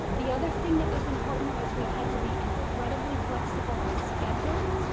the other thing that was important was we had to be incredibly flexible with schedules,